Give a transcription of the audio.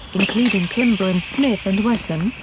including kimber and smith and wesson,